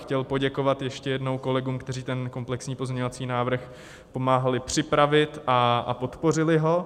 Chtěl bych poděkovat ještě jednou kolegům, kteří komplexní pozměňovací návrh pomáhali připravit a podpořili ho.